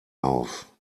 auf